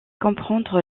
comprendre